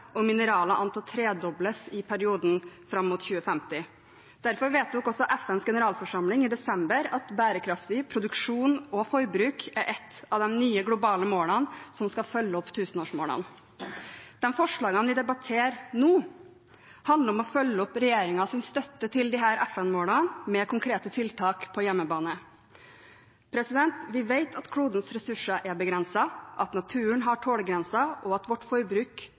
og mineraler an til å tredobles i perioden fram mot 2050. Derfor vedtok også FNs generalforsamling i desember at bærekraftig produksjon og forbruk er et av de nye globale målene som skal følge opp tusenårsmålene. De forslagene som vi debatterer nå, handler om å følge opp regjeringens støtte til disse FN-målene med konkrete tiltak på hjemmebane. Vi vet at klodens ressurser er begrenset, at naturen har tålegrenser, og at vårt forbruk